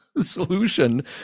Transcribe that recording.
solution